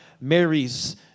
Mary's